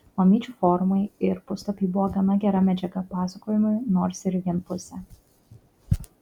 mamyčių forumai ir puslapiai buvo gana gera medžiaga pasakojimui nors ir vienpusė